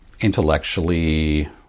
intellectually